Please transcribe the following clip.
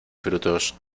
frutos